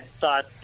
thought